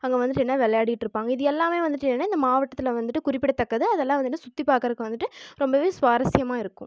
அங்கே வந்துட்டு என்ன விளையாடிட்ருப்பாங்க இது எல்லாமே வந்துட்டு என்னன்னா மாவட்டத்தில் வந்துட்டு குறிப்பிடத்தக்கது அதெல்லாம் வந்துட்டு சுற்றிப் பார்க்கறக்கு வந்துட்டு ரொம்பவே சுவாரசியமாக இருக்கும்